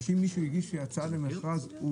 אם הדואר הגיש הצעה למכרז,